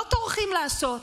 לא טורחים לעשות,